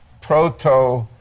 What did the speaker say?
proto